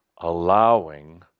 allowing